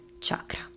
chakra